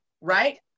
right